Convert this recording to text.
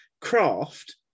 craft